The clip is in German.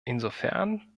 insofern